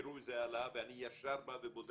תראו איזה העלאה ואני ישר בא ובודק,